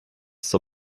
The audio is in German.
zur